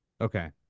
okay